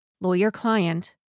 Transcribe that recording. lawyer-client